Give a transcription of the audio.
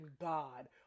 God